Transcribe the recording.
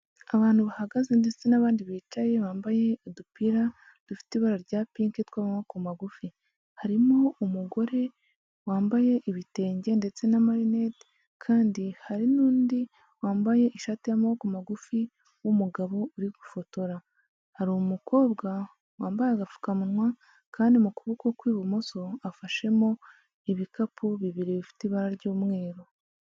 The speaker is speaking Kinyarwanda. Abantu bahagaze ndetse n'abandi bicayere bambaye udupira dufite ibara rya pink tw'amabokoko magufi, harimo umugore wambaye ibitenge ndetse na marinete, kandi hari n'undi wambaye ishati y'amaboko magufi w'umugabo uri gufotora, hari umukobwa wambaye agapfukamunwa kandi mu kuboko kw'ibumoso afashemo ibikapu bibiri bifite ibara ry'umweru.